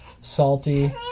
salty